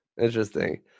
Interesting